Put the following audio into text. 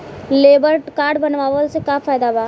Labour card बनवाला से का फायदा बा?